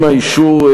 עם האישור,